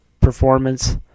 performance